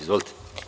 Izvolite.